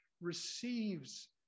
receives